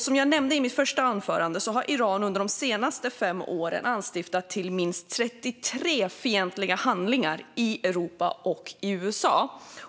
Som jag nämnde i mitt första anförande har Iran under de senaste fem åren anstiftat minst 33 fientliga handlingar i Europa och USA.